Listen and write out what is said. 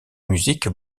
musique